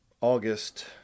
august